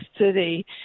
city